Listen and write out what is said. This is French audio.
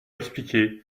expliquer